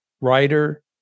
writer